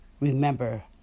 remember